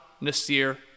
nasir